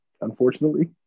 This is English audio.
unfortunately